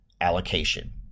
allocation